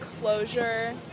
closure